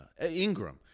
Ingram